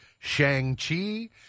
Shang-Chi